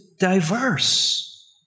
diverse